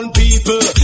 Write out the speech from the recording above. people